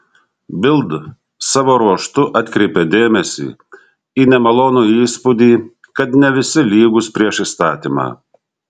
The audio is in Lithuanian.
bild savo ruožtu atkreipė dėmesį į nemalonų įspūdį kad ne visi lygūs prieš įstatymą